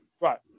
Right